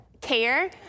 care